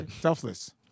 Selfless